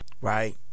Right